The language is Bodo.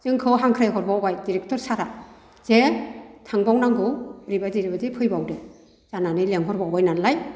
जोंखौ हांख्राइ हरबावबाय डिरेक्टर सारआ जे थांबावनांगौ ओरैबायदि ओरैबायदि फैबावदो जानानै लेंहरबावबाय नालाय